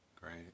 Great